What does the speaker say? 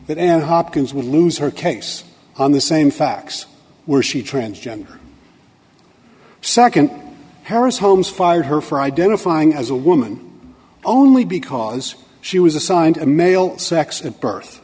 that and hopkins would lose her case on the same facts were she transgender second paris holmes fired her for identifying as a woman only because she was assigned a male sex at birth